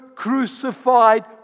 Crucified